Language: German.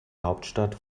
hauptstadt